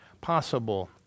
possible